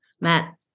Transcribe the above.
Matt